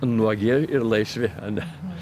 nuogi ir laisvi ane